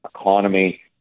economy